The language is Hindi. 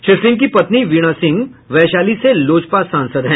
श्री सिंह की पत्नी वीणा सिंह वैशाली से लोजपा सांसद हैं